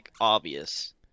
obvious